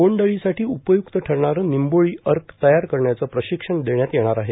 बोन्ड अळीसाठी उपय्क्त ठरणारे निंबोळी अर्क तयार करण्याचे प्रशिक्षण देण्यात येणार आहे